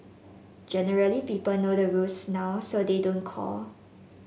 generally people know the rules now so they don't call